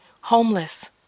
homeless